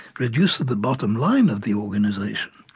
reduces the bottom line of the organization.